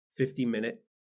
50-minute